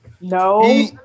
No